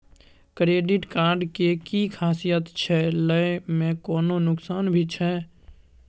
Credit card के कि खासियत छै, लय में कोनो नुकसान भी छै?